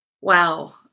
wow